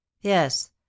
yes